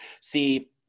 See